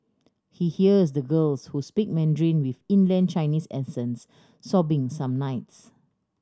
he hears the girls who speak Mandarin with inland Chinese accents sobbing some nights